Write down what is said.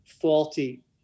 faulty